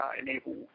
enable